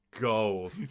gold